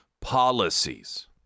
policies